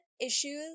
issues